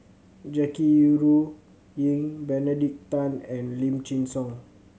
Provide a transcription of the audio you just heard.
Jackie Yi Ru Ying Benedict Tan and Lim Chin Siong